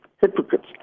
hypocrites